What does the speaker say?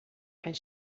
and